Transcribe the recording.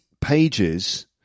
pages